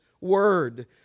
word